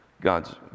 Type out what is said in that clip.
God's